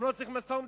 גם לא צריך משא-ומתן.